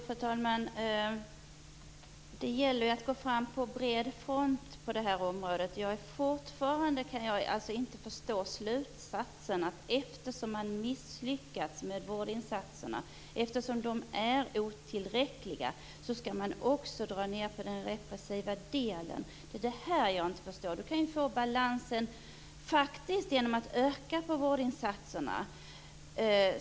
Fru talman! Det gäller att gå fram på bred front på detta område. Jag kan fortfarande inte förstå slutsatsen. Eftersom man misslyckats med vårdinsatserna och eftersom de är otillräckliga skall man tydligen också dra ned på den repressiva delen. Det är det som jag inte förstår. Man kan ju få en balans genom att öka vårdinsatserna.